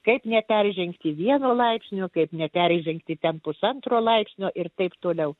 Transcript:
kaip neperžengti vieno laipsnio kaip neperžengti ten pusantro laipsnio ir taip toliau